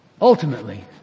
Ultimately